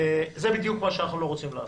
זה בדיוק מה שאנחנו לא רוצים לעשות.